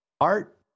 art